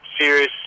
serious